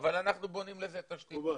אבל אנחנו בונים לזה תשתית טובה.